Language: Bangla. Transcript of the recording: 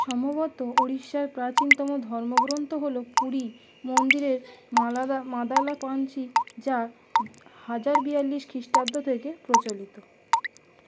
সমবত উড়িষ্যার প্রাচীনতম ধর্মগ্রন্থ হল পুরী মন্দিরের মালাদা মাদালা পাঞ্চি যা হাজার বিয়াল্লিশ খ্রিষ্টাব্দ থেকে প্রচলিত